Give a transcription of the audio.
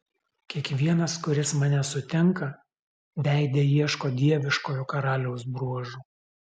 kiekvienas kuris mane sutinka veide ieško dieviškojo karaliaus bruožų